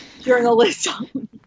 journalism